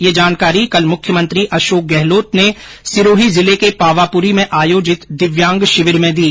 यह जानकारी कल मुख्यमंत्री अशोक गहलोत ने सिरोही के पावापुरी में आयोजित दिव्यांग शिविर में दी